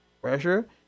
Pressure